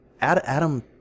Adam